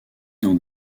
dans